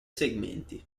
segmenti